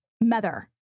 Mother